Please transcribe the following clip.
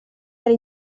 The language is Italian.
era